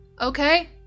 okay